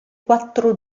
quattro